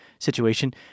situation